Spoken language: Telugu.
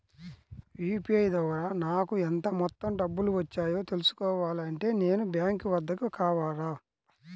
యూ.పీ.ఐ ద్వారా నాకు ఎంత మొత్తం డబ్బులు వచ్చాయో తెలుసుకోవాలి అంటే నేను బ్యాంక్ వద్దకు రావాలా?